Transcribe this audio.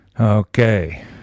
Okay